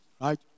right